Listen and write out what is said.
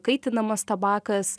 kaitinamas tabakas